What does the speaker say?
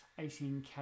18k